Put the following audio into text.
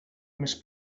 més